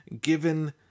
given